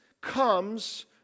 comes